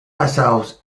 ourselves